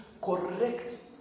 Correct